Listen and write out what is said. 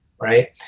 right